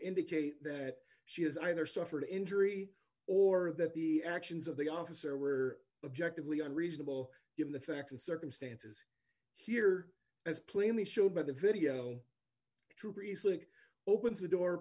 indicate that she is either suffered injury or that the actions of the officer were objectively unreasonable given the facts and circumstances here as plainly showed by the video theresa opens the door